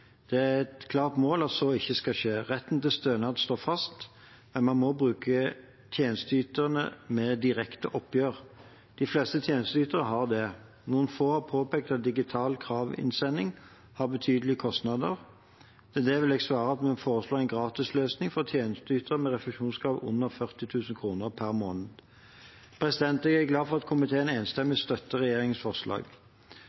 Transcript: et klart mål at så ikke skal skje. Retten til stønad står fast, men man må bruke tjenesteytere med direkte oppgjør. De fleste tjenesteytere har det. Noen få påpekte at digital kravinnsending har betydelige kostnader. Til det vil jeg svare at vi foreslår en gratisløsning for tjenesteytere med refusjonskrav under 40 000 kr per måned. Jeg er glad for at komiteen enstemmig